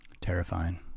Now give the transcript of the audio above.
Terrifying